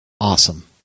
Awesome